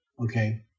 Okay